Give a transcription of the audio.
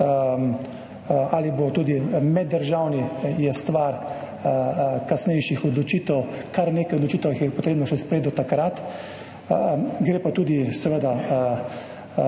ali bo tudi meddržavni, je stvar kasnejših odločitev. Kar nekaj odločitev je potrebno še sprejeti do takrat. Gre pa tudi, seveda, z